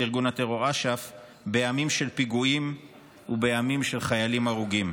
אש"ף בימים של פיגועים ובימים של חיילים הרוגים.